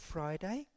Friday